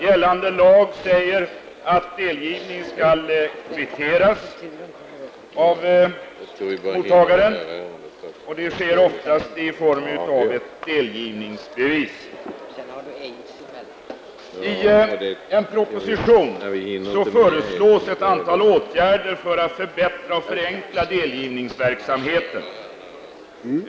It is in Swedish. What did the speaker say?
Gällande lag säger att delgivning skall kvitteras av mottagaren, och det sker ofta i form av ett delgivningsbevis.